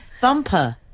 Bumper